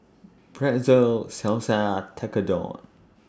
Pretzel Salsa Tekkadon